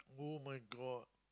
[oh]-my-God